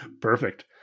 Perfect